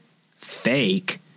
fake